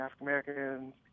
African-Americans